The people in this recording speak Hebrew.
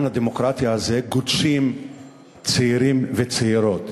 הדמוקרטיה הזה גודשים צעירים וצעירות.